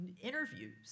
interviews